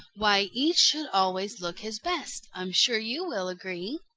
why each should always look his best, i'm sure you will agree.